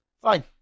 Fine